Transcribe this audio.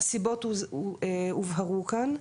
הסיבות הובהרו כאן.